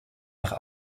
nach